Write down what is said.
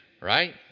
Right